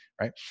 right